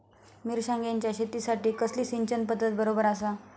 मिर्षागेंच्या शेतीखाती कसली सिंचन पध्दत बरोबर आसा?